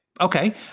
Okay